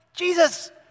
Jesus